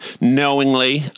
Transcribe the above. knowingly